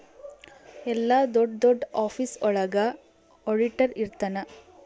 ಎಲ್ಲ ದೊಡ್ಡ ದೊಡ್ಡ ಆಫೀಸ್ ಒಳಗ ಆಡಿಟರ್ ಇರ್ತನ